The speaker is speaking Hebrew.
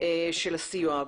של הסיוע.